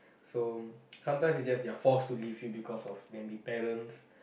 so sometimes is just they're forced to leave you because of maybe parents